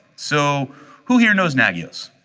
so who here knows nagios?